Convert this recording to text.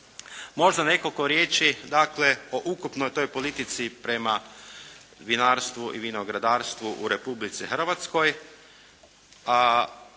Možda nekoliko riječi dakle o ukupnoj toj politici prema vinarstvu i vinogradarstvu u Republici Hrvatskoj